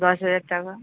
দশ হাজার টাকা